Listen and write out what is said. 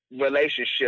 relationship